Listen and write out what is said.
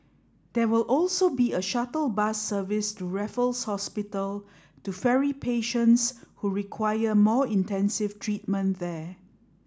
there will also be a shuttle bus service to Raffles Hospital to ferry patients who require more intensive treatment there